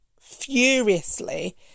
furiously